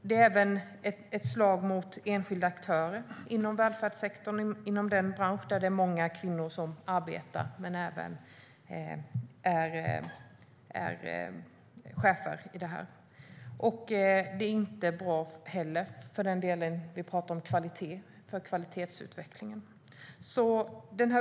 Det är även ett slag mot enskilda aktörer inom välfärdssektorn, inom den bransch där många kvinnor arbetar men också är chefer. Det är inte heller bra för kvalitetsutvecklingen.